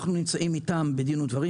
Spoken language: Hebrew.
אנחנו נמצאים איתם בדין ודברים,